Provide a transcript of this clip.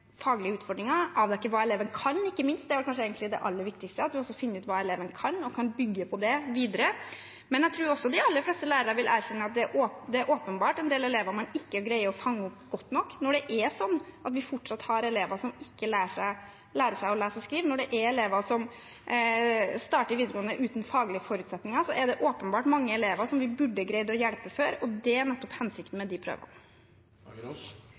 faglige utfordringer og avdekke hva eleven kan, ikke minst – det aller viktigste er kanskje at man finner ut hva eleven kan, og kan bygge videre på det. Jeg tror også de aller fleste lærere vil erkjenne at det åpenbart er en del av elevene en ikke greier å fange opp godt nok. Når det er slik at vi fortsatt har elever som ikke lærer seg å lese og skrive, og når det er elever som starter på videregående uten faglige forutsetninger, er det åpenbart mange elever som vi burde greid å hjelpe før, og det er nettopp hensikten med de prøvene.